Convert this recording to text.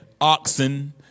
oxen